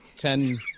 Ten